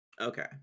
Okay